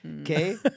Okay